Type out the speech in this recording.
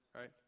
Right